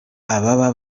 ababa